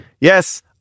Yes